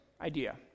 idea